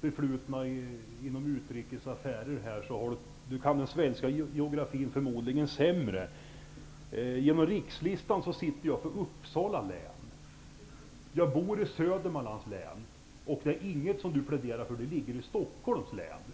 förflutna inom utrikes affärer förmodligen kan den svenska geografin sämre. Genom rikslistan sitter jag för Ing 1, som Sture Ericson pläderar för, ligger i Stockholms län.